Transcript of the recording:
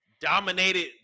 dominated